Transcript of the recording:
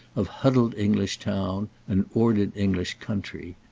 of huddled english town and ordered english country.